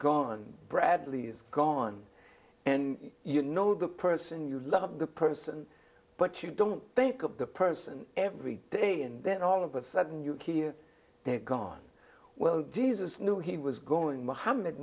gone bradley's gone and you know the person you love the person but you don't think of the person every day and then all of a sudden you hear that god well jesus knew he was going mohamed